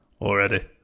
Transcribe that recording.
already